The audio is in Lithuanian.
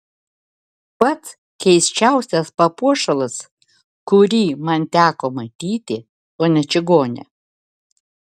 pats keisčiausias papuošalas kurį man teko matyti ponia čigone